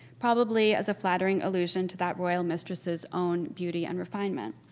probably as a flattering allusion to that royal mistress's own beauty and refinement.